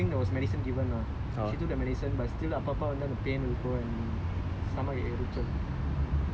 but she's still err after that they arrange I think there was medicine given lah she took the medicine but still அப்பப்பேஅந்த:appappae antha pain will go and